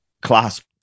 class